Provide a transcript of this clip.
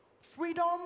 Freedom